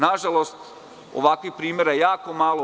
Nažalost, ovakvih primera je jako malo.